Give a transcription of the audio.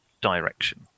direction